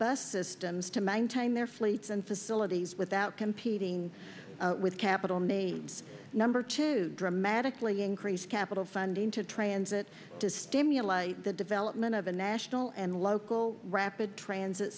bus systems to maintain their fleets and facilities without competing with capital names number to dramatically increase capital funding to transit to stimulate the development of a national and local rapid transit